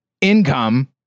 income